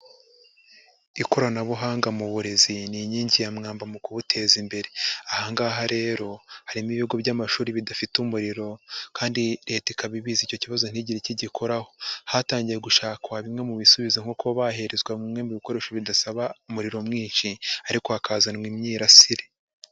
Ikoranabuhanga mu burezi, ni inkingi ya mwamba mu kuwuteza imbere, aha ngaha rero harimo ibigo by'amashuri bidafite umuriro, kandi Leta ikaba ibizi icyo kibazo ntigire icyo igikoraho, hatangiye gushakwa bimwe mu bisubizo, nko kuba baherezwa bimwe mu bikoresho bidasaba umuriro mwinshi, ariko hakazanwa imyirasire.